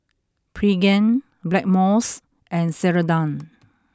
Pregain Blackmores and Ceradan